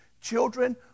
children